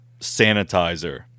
sanitizer